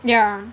ya